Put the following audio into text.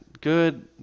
good